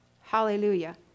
Hallelujah